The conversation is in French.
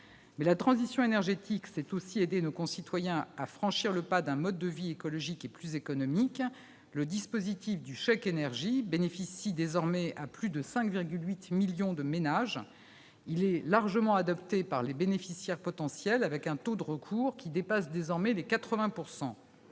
La transition énergétique, c'est aussi aider nos concitoyens à franchir le pas d'un mode de vie écologique et plus économique. Le dispositif de chèque énergie, bénéficiant à plus de 5,8 millions de ménages, est largement adopté par les bénéficiaires potentiels : le taux de recours dépasse désormais les 80 %.